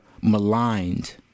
maligned